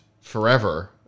forever